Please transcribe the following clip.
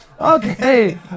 Okay